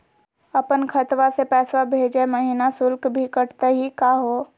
अपन खतवा से पैसवा भेजै महिना शुल्क भी कटतही का हो?